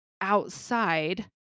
outside